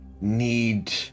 need